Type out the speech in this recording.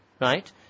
Right